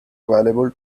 available